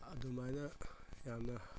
ꯑꯗꯨꯃꯥꯏꯅ ꯌꯥꯝꯅ